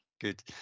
good